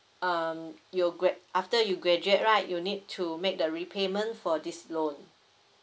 um your grad~ after you graduate right you need to make the repayment for this loan